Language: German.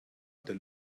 der